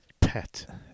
Pet